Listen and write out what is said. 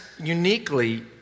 uniquely